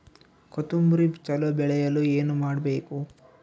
ಕೊತೊಂಬ್ರಿ ಚಲೋ ಬೆಳೆಯಲು ಏನ್ ಮಾಡ್ಬೇಕು?